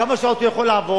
כמה שעות הוא יכול לעבוד?